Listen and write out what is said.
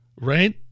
right